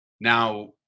now